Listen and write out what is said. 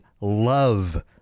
love